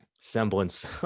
semblance